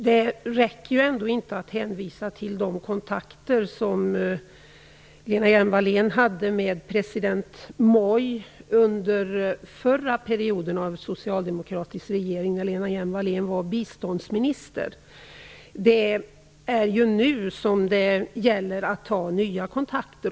Det räcker inte att hänvisa till de kontakter som Lena Hjelm-Wallén hade med president Moi under den förra socialdemokratiska regeringen när Lena Hjelm-Wallén var biståndsminister. Nu måste vi ta nya kontakter.